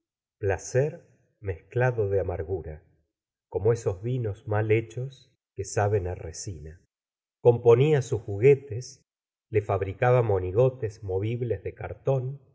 placer mezclado de amargura como esos vinos mal hechos que saben á resina componía sus juguetes le fabricaba monigotes movibles de cartón